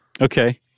Okay